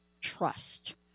trust